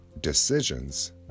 decisions